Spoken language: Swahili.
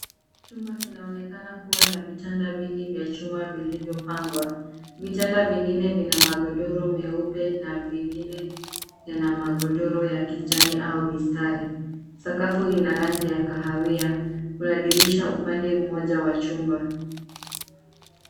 Chumba kinaonekana kuwa na vitanda vingi vya chuma vilivyopangwa. Vitanda vingine vina magodoro meupe na vingine yana magodoro ya kijani au mistari. Sakafu ina rangi ya kahawia. Kuna dirisha upande moja wa chumba.